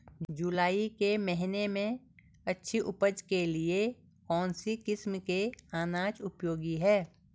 जुलाई के महीने में अच्छी उपज के लिए कौन सी किस्म के अनाज उपयोगी हैं?